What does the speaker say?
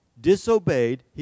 disobeyed